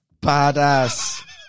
Badass